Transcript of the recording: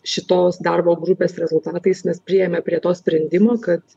šitos darbo grupės rezultatais nes priėjome prie to sprendimo kad